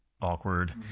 awkward